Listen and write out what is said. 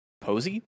Posey